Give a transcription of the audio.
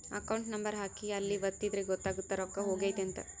account number ಹಾಕಿ ಅಲ್ಲಿ ಒತ್ತಿದ್ರೆ ಗೊತ್ತಾಗುತ್ತ ರೊಕ್ಕ ಹೊಗೈತ ಅಂತ